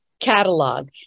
catalog